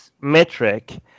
metric